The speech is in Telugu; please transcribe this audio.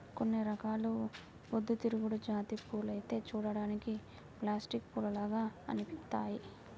కొన్ని రకాల పొద్దుతిరుగుడు జాతి పూలైతే చూడ్డానికి ప్లాస్టిక్ పూల్లాగా అనిపిత్తయ్యి